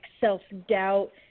self-doubt